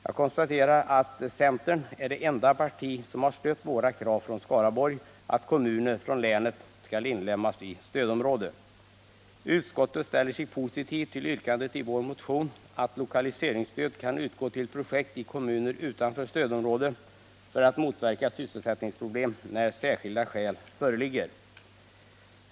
Jag konstaterar att centern är det enda parti som har stött kraven från Skaraborg att kommuner från länet skall inlemmas i stödområde. Utskottet ställer sig positivt till yrkandet i vår motion, att lokaliseringsstöd skall kunna utgå till projekt i kommuner utanför stödområde för att motverka sysselsättningsproblem när särskilda skäl föreligger.